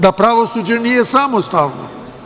Da pravosuđe nije samostalno?